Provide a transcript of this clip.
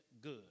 good